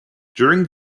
during